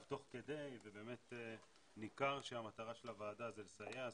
תוך כדי ובאמת ניכר שהמטרה של הוועדה זה לסייע,